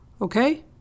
Okay